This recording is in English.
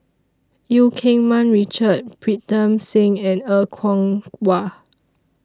EU Keng Mun Richard Pritam Singh and Er Kwong Wah